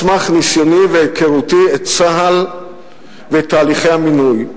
על סמך ניסיוני והיכרותי את צה"ל ואת תהליכי המינוי,